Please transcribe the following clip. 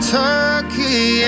turkey